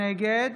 נגד